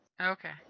okay